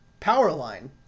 Powerline